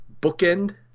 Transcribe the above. bookend